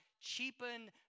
cheapen